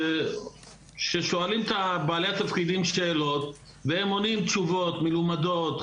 ששואלים את בעלי התפקידים שאלות והם עונים תשובות מלומדות,